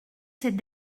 ses